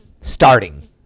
starting